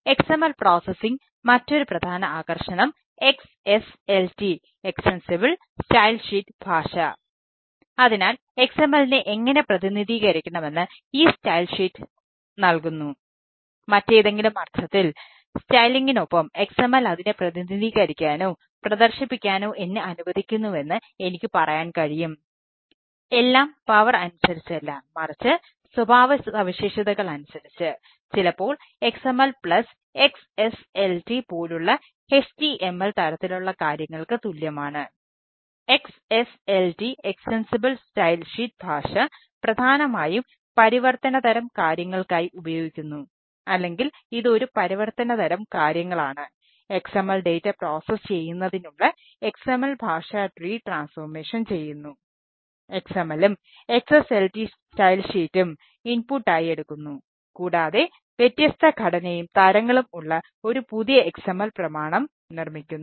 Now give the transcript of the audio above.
XML processing എടുക്കുന്നു കൂടാതെ വ്യത്യസ്ത ഘടനയും തരങ്ങളും ഉള്ള ഒരു പുതിയ XML പ്രമാണം നിർമ്മിക്കുന്നു